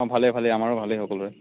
ভালেই ভালেই আমাৰো ভালেই সকলোৰে